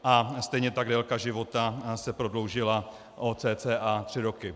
A stejně tak délka života se prodloužila o cca tři roky.